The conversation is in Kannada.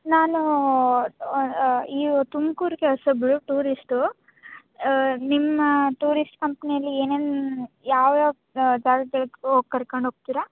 ನಾನು ಈ ತುಮಕೂರಿಗೆ ಹೊಸಬಳು ಟೂರಿಸ್ಟು ನಿಮ್ಮ ಟೂರಿಸ್ಟ್ ಕಂಪ್ನಿಯಲ್ಲಿ ಏನೇನು ಯಾವ್ಯಾವ ಜಾಗಗಳಿಗೆ ಓ ಕರ್ಕೊಂಡೋಗ್ತೀರಾ